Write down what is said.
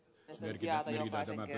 helsinkiä ja itäisen ja